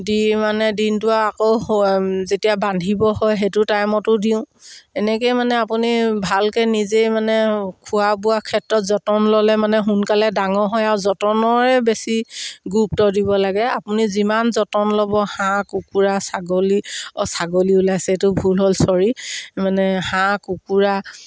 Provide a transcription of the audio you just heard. দি মানে দিনটো আকৌ যেতিয়া বান্ধিব হয় সেইটো টাইমতো দিওঁ এনেকেই মানে আপুনি ভালকৈ নিজেই মানে খোৱা বোৱা ক্ষেত্ৰত যতন ল'লে মানে সোনকালে ডাঙৰ হয় আৰু যতনৰে বেছি গুৰুত্ব দিব লাগে আপুনি যিমান যতন ল'ব হাঁহ কুকুৰা ছাগলী ওহ ছাগলী ওলাইছে এইটো ভুল হ'ল ছ'ৰি মানে হাঁহ কুকুৰা